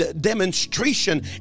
demonstration